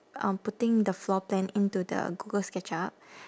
um putting the floor plan into the google sketchup